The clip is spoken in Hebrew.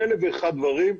באלף ואחד דברים,